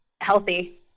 healthy